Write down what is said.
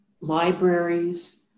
libraries